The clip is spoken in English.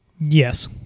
Yes